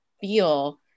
feel